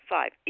Five